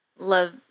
love